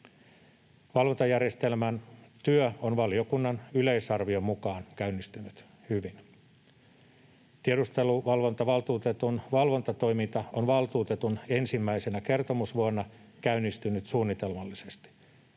Valvontajärjestelmän työ on valiokunnan yleisarvion mukaan käynnistynyt hyvin. Tiedusteluvalvontavaltuutetun valvontatoiminta on valtuutetun ensimmäisenä kertomusvuonna käynnistynyt suunnitelmallisesti.